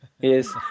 Yes